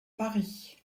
paris